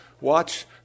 watch